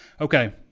Okay